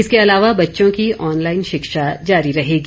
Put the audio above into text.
इसके अलावा बच्चों की ऑनलाईन शिक्षा जारी रहेगी